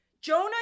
Jonah